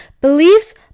beliefs